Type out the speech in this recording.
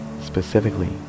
Specifically